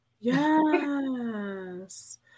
Yes